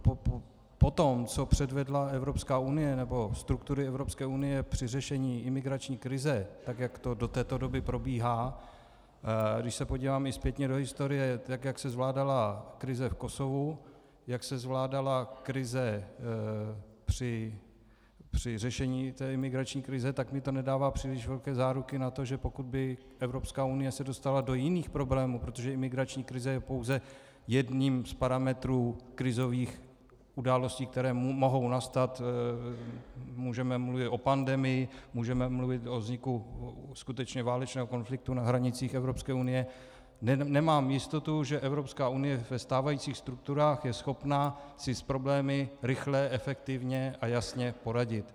Po tom, co předvedly struktury Evropské unie při řešení imigrační krize, tak jak to do této doby probíhá, když se podívám i zpětně do historie, tak jak se zvládala krize v Kosovu, jak se zvládala krize při řešení imigrační krize, tak mi to nedává příliš velké záruky na to, že pokud by se Evropská unie dostala do jiných problémů, protože imigrační krize je pouze jedním z parametrů krizových událostí, které mohou nastat můžeme mluvit o pandemii, můžeme mluvit o vzniku skutečně válečného konfliktu na hranicích Evropské unie , nemám jistotu, že Evropská unie ve stávajících strukturách je schopna si s problémy rychle, efektivně a jasně poradit.